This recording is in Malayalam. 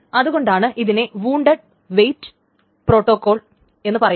അതുകൊണ്ടാണ് ഇതിനെ വുൺണ്ട് വെയിറ്റ് പ്രോട്ടോകോൾ എന്നു പറയുന്നത്